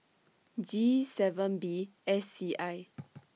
G seven B S C I